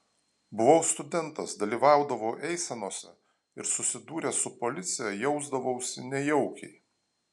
buvau studentas dalyvaudavau eisenose ir susidūręs su policija jausdavausi nejaukiai